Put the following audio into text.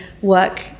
work